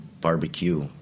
barbecue